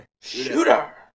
Shooter